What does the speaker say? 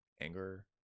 anger